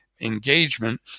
engagement